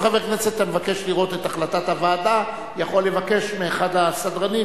כל חבר כנסת המבקש לראות את החלטת הוועדה יכול לבקש מאחד הסדרנים,